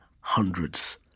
hundreds